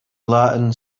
latin